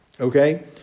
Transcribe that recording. Okay